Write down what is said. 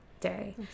day